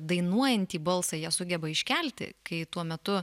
dainuojantį balsą jie sugeba iškelti kai tuo metu